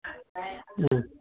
ಹ್ಞೂ